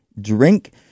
Drink